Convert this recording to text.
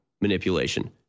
manipulation